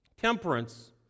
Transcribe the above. temperance